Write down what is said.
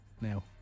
now